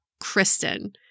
Kristen